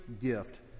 gift